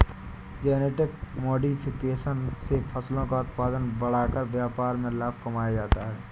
genetic modification से फसलों का उत्पादन बढ़ाकर व्यापार में लाभ कमाया जाता है